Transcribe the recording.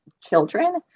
children